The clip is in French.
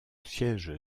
siège